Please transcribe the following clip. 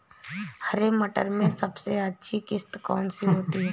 हरे मटर में सबसे अच्छी किश्त कौन सी होती है?